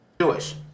Jewish